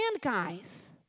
guys